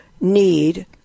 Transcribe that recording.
need